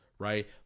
right